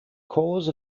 cause